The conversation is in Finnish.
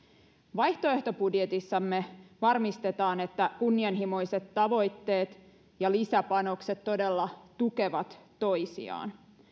vaihtoehtobudjetissamme varmistetaan että kunnianhimoiset tavoitteet ja lisäpanokset todella tukevat toisiaan